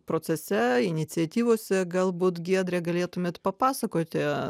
procese iniciatyvose galbūt giedre galėtumėt papasakoti